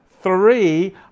three